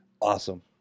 Awesome